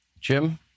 Jim